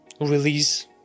release